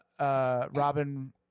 Robin